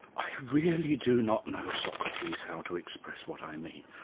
i really do not know, socrates, how to express what i mean.